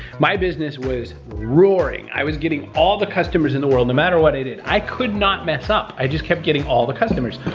my business was roaring. i was getting all the customers in the world, no matter what i did. i could not mess up. i just kept getting all the customers.